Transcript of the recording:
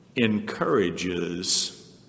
encourages